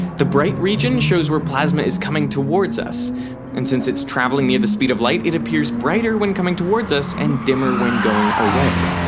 the bright region shows where plasma is coming towards us and since it's traveling near the speed of light it appears brighter when coming towards us and dimmer when going away.